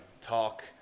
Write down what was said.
talk